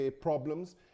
problems